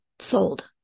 sold